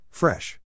Fresh